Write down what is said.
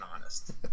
honest